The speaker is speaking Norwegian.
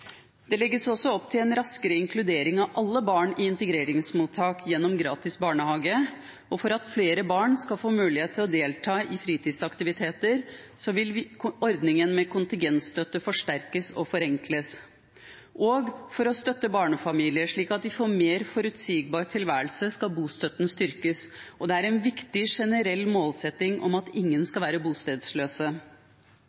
Det legges også opp til en raskere inkludering av alle barn i integreringsmottak gjennom gratis barnehage, og for at flere barn skal få mulighet til å delta i fritidsaktiviteter, vil ordningen med kontingentstøtte forsterkes og forenkles. For å støtte barnefamilier slik at de får en mer forutsigbar tilværelse, skal bostøtten styrkes, og det er en viktig generell målsetting om at ingen